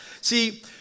See